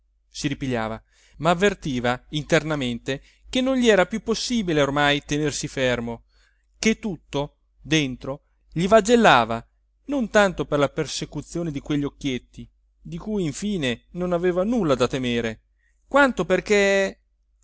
si ripigliava ma avvertiva internamente che non gli era più possibile ormai tenersi fermo ché tutto dentro gli vagellava non tanto per la persecuzione di quegli occhietti di cui in fine non aveva nulla da temere quanto perché